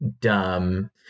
dumb